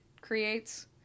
creates